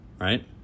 right